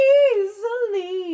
easily